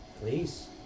Please